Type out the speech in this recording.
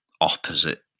opposite